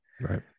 Right